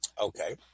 Okay